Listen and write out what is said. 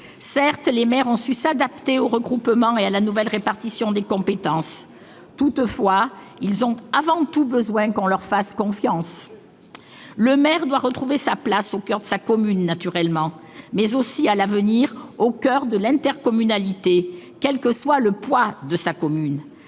Certes, les maires ont su s'adapter aux regroupements et à la nouvelle répartition des compétences. Toutefois, ils ont avant tout besoin qu'on leur fasse confiance. Le maire doit retrouver sa place, au coeur de sa commune, naturellement, mais aussi, à l'avenir, au coeur de l'intercommunalité, quel que soit le poids de sa commune